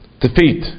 Defeat